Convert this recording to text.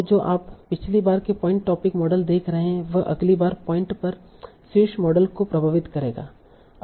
तो जो आप पिछली बार के पॉइंट टोपिक मॉडल देख रहे हैं वह अगली बार पॉइंट पर शीर्ष मॉडल को प्रभावित करेगा